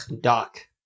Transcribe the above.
Doc